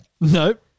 Nope